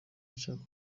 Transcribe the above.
nshaka